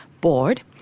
board